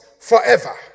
forever